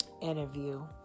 Interview